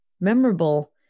memorable